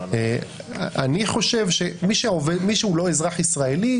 אני חושב שמי שהוא לא אזרח ישראלי,